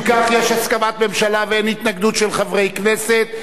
אם כך, יש הסכמת ממשלה ואין התנגדות של חברי כנסת.